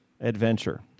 adventure